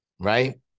Right